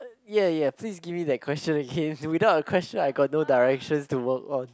ya ya please give me that question again without a question I got no direction to move on